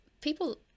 people